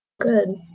good